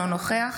אינו נוכח